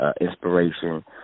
inspiration